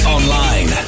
Online